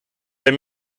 der